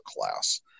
class